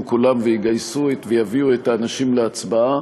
כולם ויגייסו ויביאו את האנשים להצבעה.